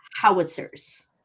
howitzers